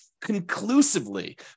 conclusively